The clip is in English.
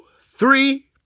three